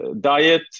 diet